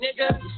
Nigga